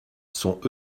sont